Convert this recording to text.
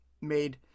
made